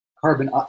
carbon